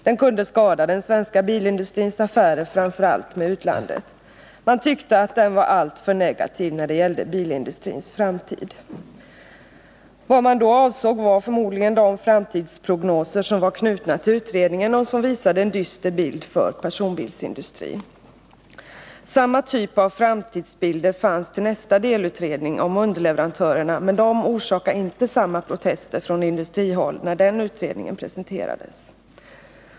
Den kunde skada den svenska bilindustrins affärer, framför allt med utlandet. Man tyckte att den var alltför negativ när det gällde bilindustrins framtid. Vad man då avsåg var förmodligen de framtidsprognoser som var knutna till utredningen och som visade en dyster bild för personbilsindustrin. Samma typ av framtidsbilder fanns till nästa delutredning om underleverantörerna, men det orsakade inte samma protester från industrihåll när den utredningen presenterades.